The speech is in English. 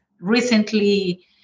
recently